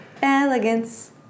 elegance